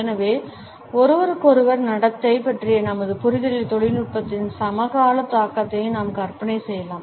எனவே ஒருவருக்கொருவர் நடத்தை பற்றிய நமது புரிதலில் தொழில்நுட்பத்தின் சமகால தாக்கத்தை நாம் கற்பனை செய்யலாம்